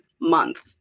month